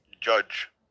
judge